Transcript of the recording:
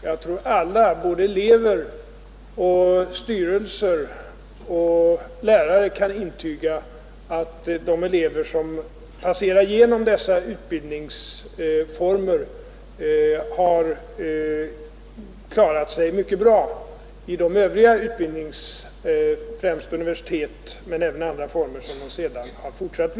Jag tror att alla elever och styrelser och lärare kan intyga att de elever som passerat igenom denna utbildningsform har klarat sig mycket bra i övrig utbildning, främst vid universitet men även i andra former av utbildning som de sedan har fortsatt i.